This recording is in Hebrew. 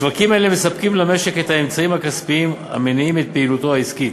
שווקים אלה מספקים למשק את האמצעים הכספיים המניעים את פעילותו העסקית.